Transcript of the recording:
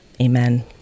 Amen